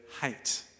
hate